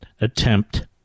attempt